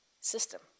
system